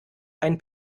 ein